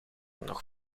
nog